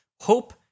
Hope